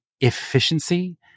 efficiency